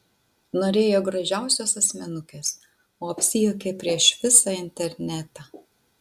norėjo gražiausios asmenukės o apsijuokė prieš visą internetą